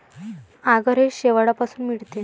आगर हे शेवाळापासून मिळते